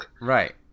Right